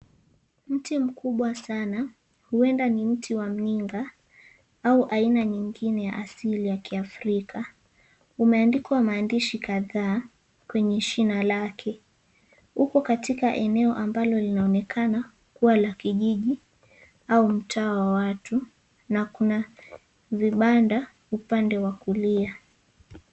Mti mkubwa sana, huenda ni mti wa mninga, au aina nyingine ya asili ya kiafrika. Umeandikwa maandishi kadhaa kwenye shina lake. Uko katika eneo ambalo linaonekana kuwa la kijiji, au mtaa wa watu, na kuna vibanda upande wa kulia.